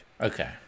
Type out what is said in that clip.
okay